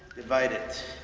divide it.